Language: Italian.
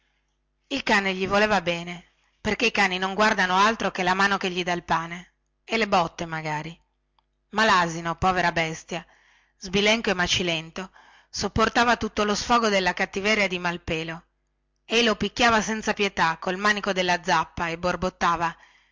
il cane gli voleva bene perchè i cani non guardano altro che la mano la quale dà loro il pane ma lasino grigio povera bestia sbilenca e macilenta sopportava tutto lo sfogo della cattiveria di malpelo ei lo picchiava senza pietà col manico della zappa e